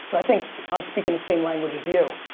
so i think i'm speaking the same language as you.